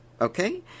okay